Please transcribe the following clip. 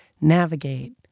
navigate